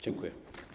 Dziękuję.